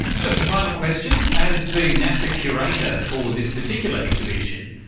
just a final question. as the nasa curator for this particular exhibition,